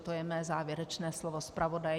To je mé závěrečné slovo zpravodaje.